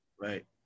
Right